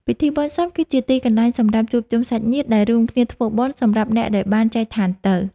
ពិធីបុណ្យសពគឺជាទីកន្លែងសម្រាប់ជួបជុំសាច់ញាតិដែលរួមគ្នាធ្វើបុណ្យសម្រាប់អ្នកដែលបានចែកឋានទៅ។